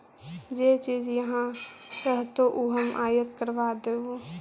जे चीज इहाँ रहतो ऊ हम आयात करबा देबो